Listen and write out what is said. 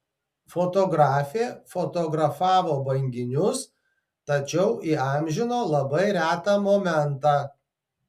fotografė fotografavo banginius tačiau įamžino labai retą momentą